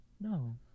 No